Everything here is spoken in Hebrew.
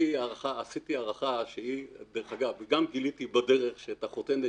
אני עשיתי הערכה וגם גיליתי בדרך שאת החותנת